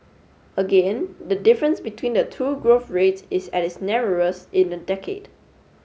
again the difference between the two growth rates is at its narrowest in a decade